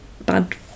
bad